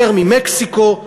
יותר ממקסיקו,